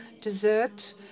dessert